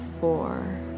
four